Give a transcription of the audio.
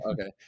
Okay